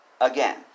Again